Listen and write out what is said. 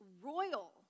royal